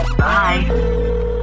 bye